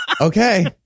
Okay